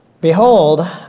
Behold